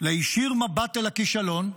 להישיר מבט אל הכישלון,